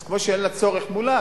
אז כמו שאין לה צורך מולה,